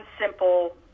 simple